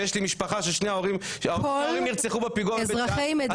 ויש לי משפחה ששני ההורים נרצחו בפיגוע בבית שאן,